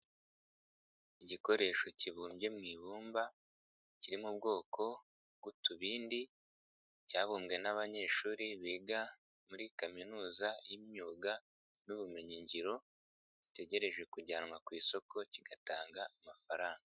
Igikoresho kibumbye mu ibumba kiri mu bwoko bw'utubindi, cyabumbwe n'abanyeshuri biga muri kaminuza y'imyuga n'ubumenyingiro, gitegereje kujyanwa ku isoko kigatanga amafaranga.